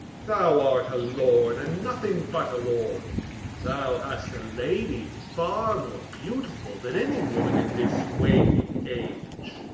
thou art a lord, and nothing but a lord thou hast a lady far more beautiful than any woman in this waning age.